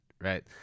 right